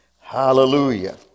Hallelujah